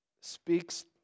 speaks